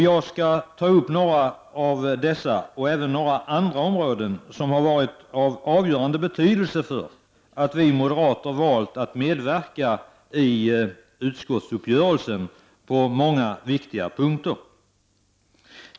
Jag skall ta upp några av dessa, och även några andra förhållanden som har varit av avgörande betydelse för att vi moderater valt att medverka i utskottsuppgörelsen på många viktiga punkter.